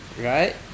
Right